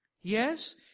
Yes